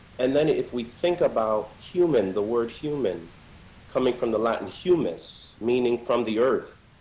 and then if we think about human, the word human coming from the latin humus, meaning from the earth,